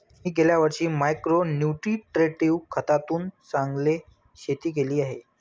मी गेल्या वर्षी micro nutritive खतातून चांगले शेती केली आहे